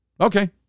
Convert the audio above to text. Okay